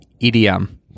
EDM